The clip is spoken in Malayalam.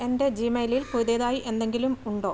എന്റെ ജിമെയിലിൽ പുതിയതായി എന്തെങ്കിലും ഉണ്ടോ